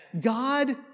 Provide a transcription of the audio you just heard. God